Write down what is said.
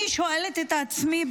אני באמת שואלת את עצמי,